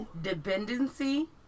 dependency